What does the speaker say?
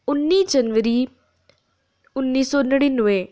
उन्नी जनवरी उन्नी सौ नड़िनवें